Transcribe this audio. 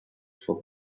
for